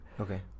Okay